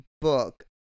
book